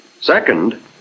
Second